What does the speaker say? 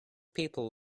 people